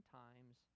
times